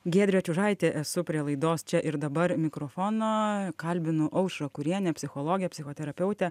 giedrė čiužaitė esu prie laidos čia ir dabar mikrofono kalbinu aušrą kurienę psichologę psichoterapeutę